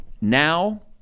now